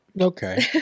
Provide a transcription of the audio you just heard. Okay